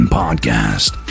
podcast